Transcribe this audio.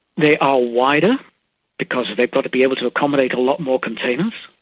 they are wider because they've got to be able to accommodate a lot more containers.